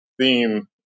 theme